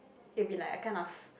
it'll be like kind of